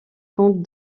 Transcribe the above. comte